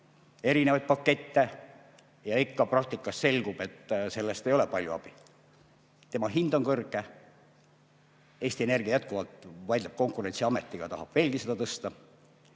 erinevaid pakette, ja praktikas ikka selgub, et sellest ei ole palju abi, tema hind on kõrge. Eesti Energia jätkuvalt vaidleb Konkurentsiametiga, tahab seda veelgi tõsta.